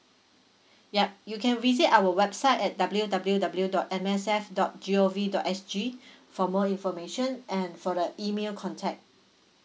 yup you can visit our website at W W W dot M S F dot G O V dot S G for more information and for the email contact